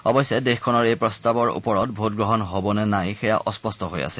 অৱশ্যে দেশখনৰ এই প্ৰস্তাৱৰ ওপৰত ভোটগ্ৰহণ হ'বনে নাই সেয়া অস্পষ্ট হৈ আছে